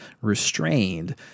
restrained